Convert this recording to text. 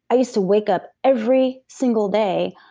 i used to wake up every single day